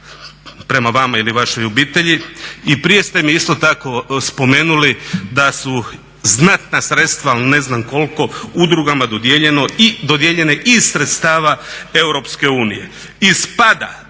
prema vama ili vašoj obitelji. I prije ste mi isto tako spomenuli da su znatna sredstva ali ne znam koliko udrugama dodijeljene iz sredstava EU.